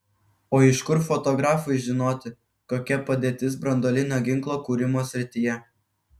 o iš kur fotografui žinoti kokia padėtis branduolinio ginklo kūrimo srityje